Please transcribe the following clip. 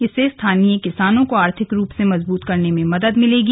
इससे स्थानीय किसानों को आर्थिक रूप से मजबूत करने में मदद मिलेगी